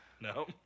no